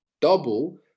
Double